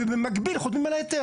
ובמקביל חותמים על ההיתר.